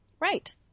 Right